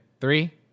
three